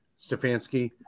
Stefanski